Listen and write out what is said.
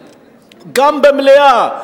גם בוועדת כספים וגם במליאה,